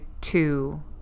two